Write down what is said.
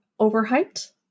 overhyped